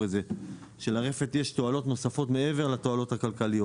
את זה שלרפת יש תועלות נוספות מעבר לתועלות הכלכליות.